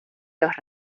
los